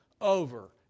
over